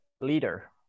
Leader